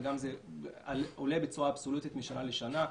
וזה גם עולה בצורה אבסולוטית משנה לשנה.